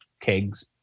kegs